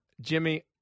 Jimmy